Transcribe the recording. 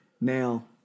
Now